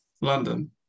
London